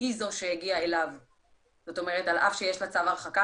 היא זו שהגיעה אליו על אף שיש לה צו הרחקה